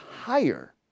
higher